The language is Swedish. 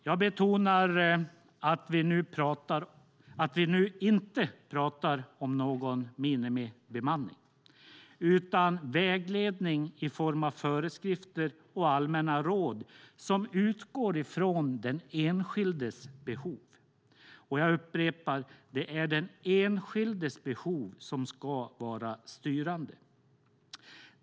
Jag betonar att vi nu inte pratar om någon minibemanning, utan om vägledning i form av föreskrifter och allmänna råd, som utgår från den enskildes behov. Jag upprepar: Det är den enskildes behov som ska vara styrande.